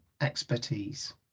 expertise